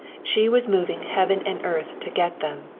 she was moving heaven and earth to get them,